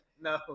No